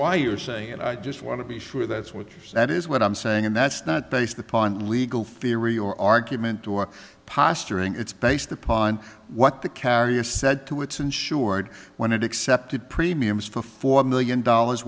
why you are saying it i just want to be sure that's what that is what i'm saying and that's not based upon legal theory or argument or posturing it's based upon what the carrier said to its insured when it excepted premiums for four million dollars